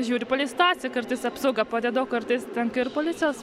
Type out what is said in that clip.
žiūri palei situaciją kartais apsauga padeda kartais tenka ir policijos